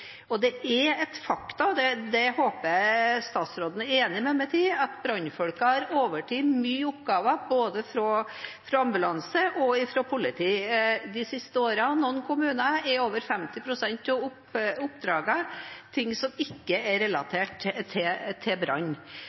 Det er et faktum – det håper jeg at statsråden er enig med meg i – at brannfolkene har overtatt mange av oppgavene både fra ambulansene og fra politiet de siste årene. I noen kommuner er over 50 pst. av oppdragene oppdrag som ikke er relatert til brann.